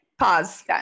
Pause